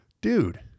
Dude